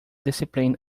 discipline